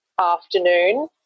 afternoon